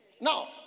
Now